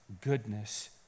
goodness